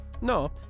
No